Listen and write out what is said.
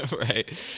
Right